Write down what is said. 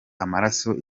amaraso